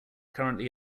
currently